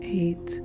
eight